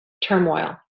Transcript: turmoil